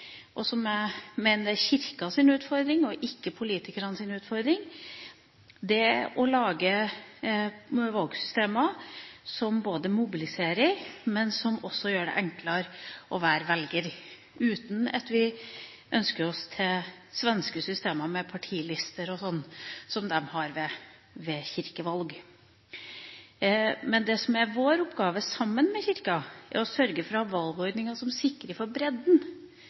som er viktig, som jeg mener er Kirkens utfordring, og ikke politikernes utfordring, er å lage valgsystemer som både mobiliserer og gjør det enklere å være velger, uten at vi ønsker oss det svenske systemet med partilister, som de har ved kirkevalg. Det som er vår oppgave, sammen med Kirken, er å sørge for å ha valgordninger som sikrer for bredden